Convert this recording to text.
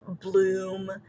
bloom